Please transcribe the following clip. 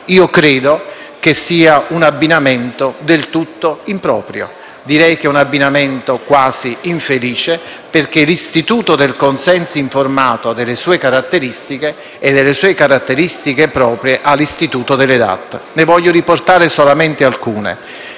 credo che sia un abbinamento del tutto improprio. Direi che è un abbinamento quasi infelice perché l'istituto del consenso informato ha delle caratteristiche proprie, così come delle caratteristiche proprie ha l'istituto delle DAT. Ne voglio riportare solamente alcune.